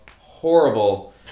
horrible